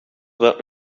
vingt